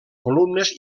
columnes